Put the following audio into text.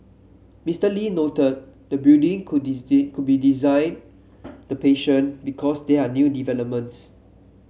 Mister Lee noted the building could could be designed the patient because there are new developments